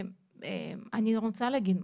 ואני רוצה להגיד משהו.